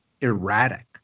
erratic